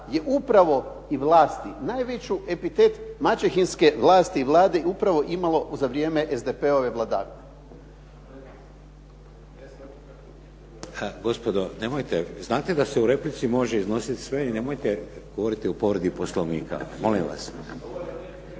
je upravo i vlasti najveći epitet maćehinske vlasti i Vlade je upravo imalo za vrijeme SDP-ove vladavine. **Šeks, Vladimir (HDZ)** Gospodo, nemojte. Znate da se u replici može iznositi sve i nemojte govoriti o povredi poslovnika.